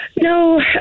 no